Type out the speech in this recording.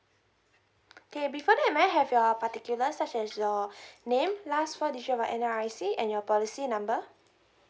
okay before that may I have your particulars such as your name last four digit of your N_R_I_C and your policy number